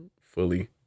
fully